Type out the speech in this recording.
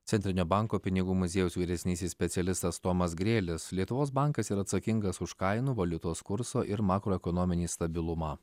centrinio banko pinigų muziejaus vyresnysis specialistas tomas grėlis lietuvos bankas yra atsakingas už kainų valiutos kurso ir makroekonominį stabilumą